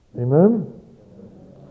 Amen